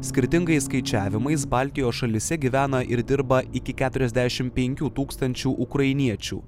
skirtingais skaičiavimais baltijos šalyse gyvena ir dirba iki keturiasdešim penkių tūkstančių ukrainiečių